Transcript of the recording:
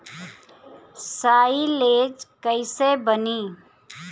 Silage कईसे बनी?